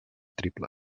triple